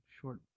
Short